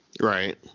right